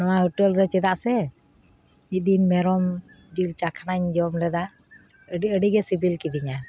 ᱱᱚᱣᱟ ᱦᱳᱴᱮᱞ ᱨᱮ ᱪᱮᱫᱟᱜ ᱥᱮ ᱢᱤᱫ ᱫᱤᱱ ᱢᱮᱨᱚᱢ ᱡᱤᱞ ᱪᱟᱠᱷᱟᱱᱟᱹᱧ ᱡᱚᱢ ᱞᱮᱫᱟ ᱟᱹᱰᱤ ᱟᱹᱰᱤ ᱜᱮ ᱥᱤᱵᱤᱞ ᱠᱮᱫᱤᱧᱟ